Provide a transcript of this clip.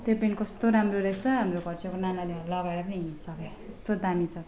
त्यो पेन्ट कस्तो राम्रो रहेछ हाम्रो घर छेउको नानाले लगाएर पनि हिँडिसक्यो कस्तो दामी छ